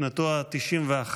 בשנתו ה-91,